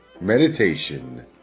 meditation